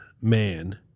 man